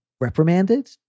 reprimanded